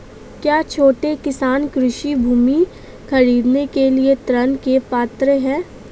क्या छोटे किसान कृषि भूमि खरीदने के लिए ऋण के पात्र हैं?